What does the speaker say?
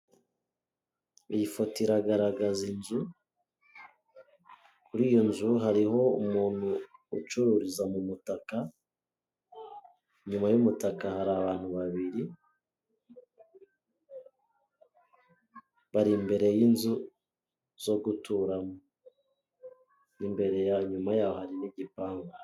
Iyi foto iragaragaza inzu, kuri iyo nzu hariho umuntu ucururiza mu mutaka, inyuma y'umutaka hari abantu babiri, bari imbere y'inzu zo guturamo imbere yanyuma harimo igipangu.